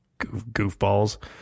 goofballs